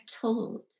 told